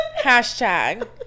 Hashtag